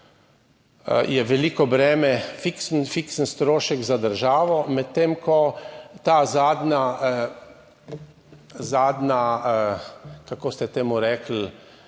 Je veliko breme, fiksen, fiksen strošek za državo. Medtem ko ta zadnja, kako ste temu rekli,